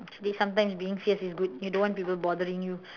today sometimes being fierce is good you don't want people bothering you